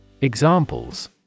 Examples